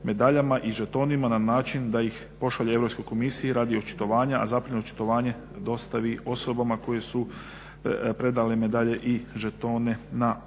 medaljama i žetonima na način da ih pošalje Europskoj komisiji radi očitovanja. A zatim očitovanje dostavi osobama koje su predale medalje i žetone na uvid.